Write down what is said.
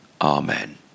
Amen